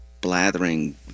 blathering